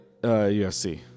UFC